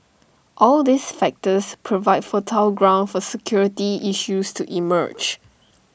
all these factors provide fertile ground for security issues to emerge